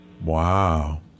Wow